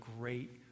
great